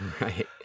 Right